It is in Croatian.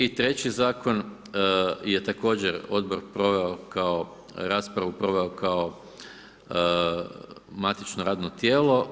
I treći Zakon je također Odbor proveo kao raspravu, proveo kao matično radno tijelo.